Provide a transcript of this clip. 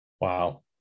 Wow